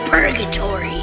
Purgatory